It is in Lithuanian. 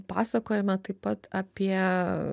pasakojame taip pat apie